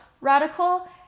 radical